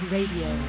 Radio